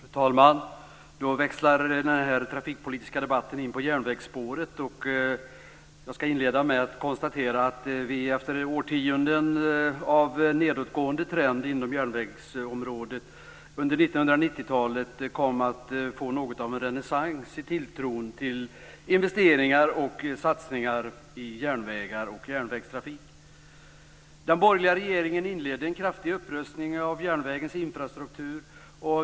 Fru talman! Då växlar den trafikpolitiska debatten in på järnvägsspåret. Jag skall inleda med att konstatera att vi efter årtionden av en nedåtgående trend på järnvägsområdet under 1990-talet fick något av en renässans i tilltron till investeringar i och satsningar på järnvägar och järnvägstrafik. Den borgerliga regeringen inledde en kraftig upprustning även av järnvägens infrastruktur.